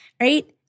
right